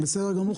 בסדר גמור.